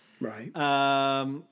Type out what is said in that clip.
Right